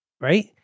right